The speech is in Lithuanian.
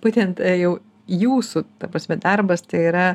būtent jau jūsų ta prasme darbas tai yra